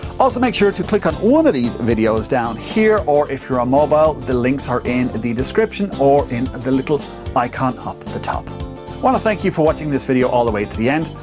also, make sure to click on one of these videos, down here, or if you're on mobile the links are in the description or in the little icon up the top. i want to thank you for watching this video all the way to the end.